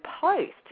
Post